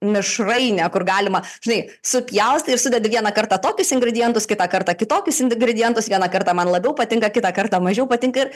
mišrainė kur galima žinai supjaustai ir sudedi vieną kartą tokius ingredientus kitą kartą kitokius ingredientus vieną kartą man labiau patinka kitą kartą mažiau patinka ir